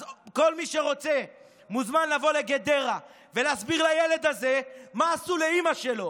אז כל מי שרוצה מוזמן לבוא לגדרה ולהסביר לילד הזה מה עשו לאימא שלו.